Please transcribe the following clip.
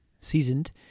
seasoned